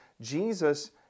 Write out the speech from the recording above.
Jesus